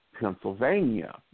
Pennsylvania